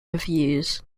reviews